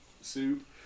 soup